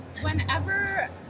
whenever